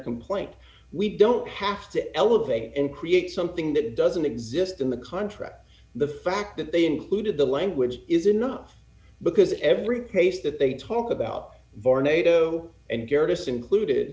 complaint we don't have to elevate and create something that doesn't exist in the contract the fact that they included the language is enough because every case that they talk about vornado and various included